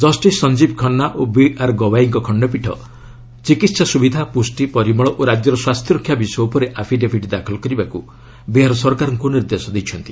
justice Sanjiv Khanna ଓ BR ଗବାଇଙ୍କ ଖଣ୍ଡପୀଠ ଚିକସ୍ତା ସୁବିଧା ପୁଷ୍ଟି ପରିମଳ ଓ ରାଜ୍ୟର ସ୍ୱାସ୍ଥ୍ୟରକ୍ଷା ବିଷୟ ଉପରେ ଆଫିଡେଭିଟ୍ ଦାଖଲ କରିବାକୁ ବିହାର ସରକାରଙ୍କୁ ନିର୍ଦ୍ଦେଶ ଦେଇଛନ୍ତି